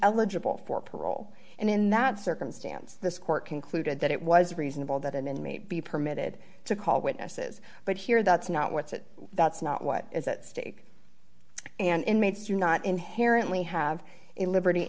eligible for parole and in that circumstance this court concluded that it was reasonable that an inmate be permitted to call witnesses but here that's not what's it that's not what is at stake and inmates are not inherently have a liberty